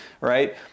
right